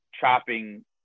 chopping